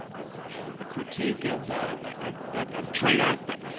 a critique of ah of tradoc, but